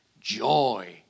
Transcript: joy